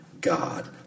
God